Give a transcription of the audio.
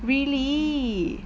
really